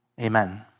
amen